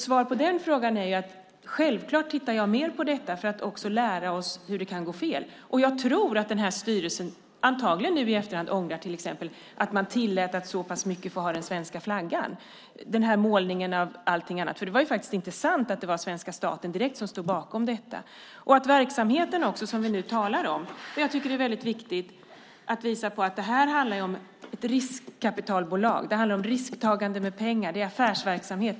Svar på den frågan är alltså: Självklart tittar jag mer på detta för att vi också ska lära oss av det som har gått fel. Jag tror att styrelsen nu i efterhand ångrar att man tillät att man exempelvis använde den svenska flaggan så mycket. Man målade mejeriet gult och blått. Det var ju inte sant att det var svenska staten som direkt stod bakom detta. Det är viktigt att visa på att detta handlar om ett riskkapitalbolag. Det handlar om risktagande med pengar. Det är affärsverksamhet.